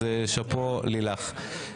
אז שאפו, לילך.